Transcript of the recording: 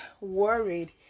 worried